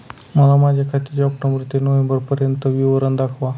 मला माझ्या खात्याचे ऑक्टोबर ते नोव्हेंबर पर्यंतचे विवरण दाखवा